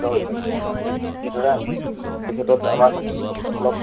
হৈছে কিদৰে আমি এই ক্ষেত্ৰত আমাৰ ছাত্ৰ ছাত্ৰীসকলক